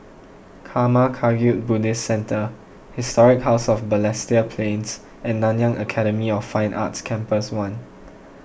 Karma Kagyud Buddhist Centre Historic House of Balestier Plains and Nanyang Academy of Fine Arts Campus one